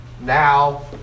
now